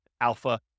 alpha